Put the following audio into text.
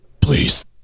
please